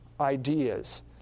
ideas